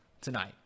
tonight